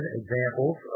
examples